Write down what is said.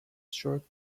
short